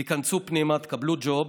תיכנסו פנימה, תקבלו ג'וב,